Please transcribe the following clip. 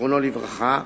זיכרונו לברכה,